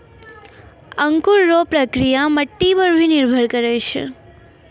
अंकुर रो प्रक्रिया मट्टी पर भी निर्भर करै छै